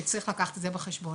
שצריך לקחת את זה בחשבון.